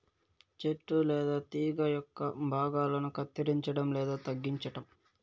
చెట్టు లేదా తీగ యొక్క భాగాలను కత్తిరించడం లేదా తగ్గించటం